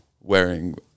wearing